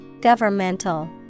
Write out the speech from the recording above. Governmental